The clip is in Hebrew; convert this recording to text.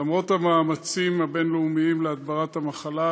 למרות המאמצים הבין-לאומיים להדברת המחלה,